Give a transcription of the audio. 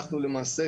אנחנו למעשה,